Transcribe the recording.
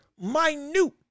minute